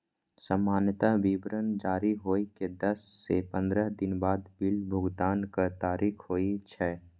सामान्यतः विवरण जारी होइ के दस सं पंद्रह दिन बाद बिल भुगतानक तारीख होइ छै